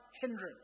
hindrance